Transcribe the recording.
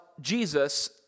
Jesus